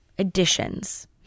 additions